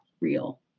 real